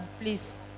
please